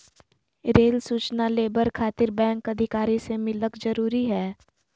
Rail सूचना labour खातिर bank अधिकारी से मिलक जरूरी है?